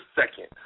second